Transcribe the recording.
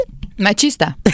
machista